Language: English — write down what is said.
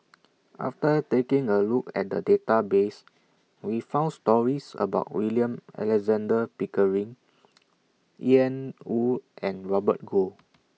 after taking A Look At The Database We found stories about William Alexander Pickering Ian Woo and Robert Goh